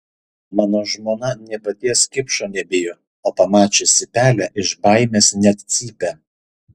mano žmona nė paties kipšo nebijo o pamačiusi pelę iš baimės net cypia